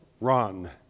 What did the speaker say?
run